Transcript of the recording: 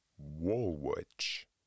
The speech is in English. Woolwich